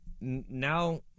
now